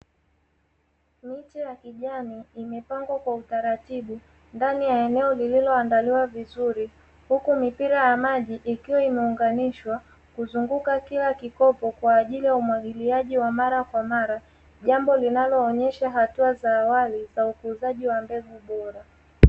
Miche ya kijani imepandwa kwa utaratibu ndani ya eneo lililoandaliwa vizuri, huku mipira ya maji imeunganishwa vizuri kuzunguka kila kikopo kwa ajili ya umwagiliaji wa mara kwa mara. Jambo linaloonyesha hatua za awali za ukuzaji wa mbegu bora.